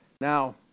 Now